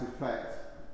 effect